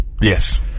Yes